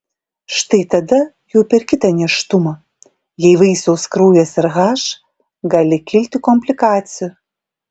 štai tada jau per kitą nėštumą jei vaisiaus kraujas rh gali kilti komplikacijų